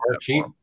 cheap